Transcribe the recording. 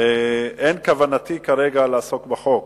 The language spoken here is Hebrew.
ואין כוונתי כרגע לעסוק בחוק.